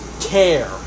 care